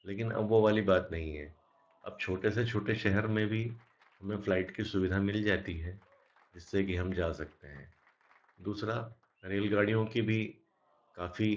लेकिन अब वह वाली बात नहीं है अब छोटे से छोटे शहर में भी हमें फ्लाइट की सुविधा मिल जाती है जिससे कि हम जा सकते हैं दूसरा रेलगाड़ियों की भी काफ़ी